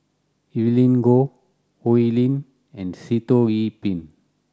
Evelyn Goh Oi Lin and Sitoh Yih Pin